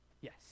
Yes